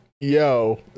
Yo